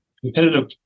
competitive